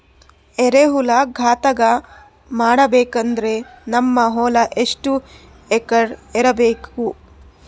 ಎರೆಹುಳ ಘಟಕ ಮಾಡಬೇಕಂದ್ರೆ ನಮ್ಮ ಹೊಲ ಎಷ್ಟು ಎಕರ್ ಇರಬೇಕು?